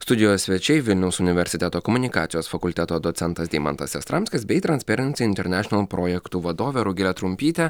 studijos svečiai vilniaus universiteto komunikacijos fakulteto docentas deimantas jastramskis bei transpieransi internešenal projektų vadovė rugilė trumpytė